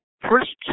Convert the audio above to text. first